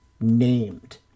named